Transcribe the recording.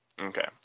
Okay